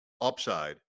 upside